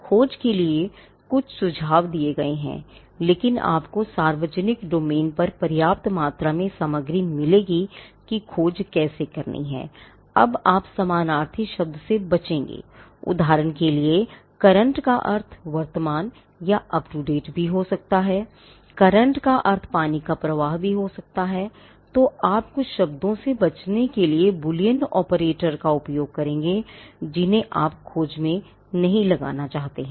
खोज के लिए कुछ सुझाव दिए गए हैं लेकिन आपको सार्वजनिक डोमेन का उपयोग करेंगे जिन्हें आप खोज में नहीं लगाना चाहते हैं